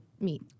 meet